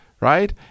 Right